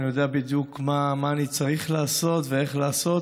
אני יודע בדיוק מה אני צריך לעשות ואיך לעשות,